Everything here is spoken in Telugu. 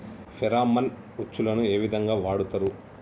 ఫెరామన్ ఉచ్చులకు ఏ విధంగా వాడుతరు?